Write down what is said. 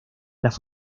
las